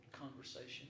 conversation